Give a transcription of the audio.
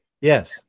Yes